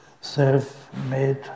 self-made